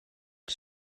ein